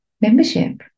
membership